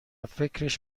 فکرش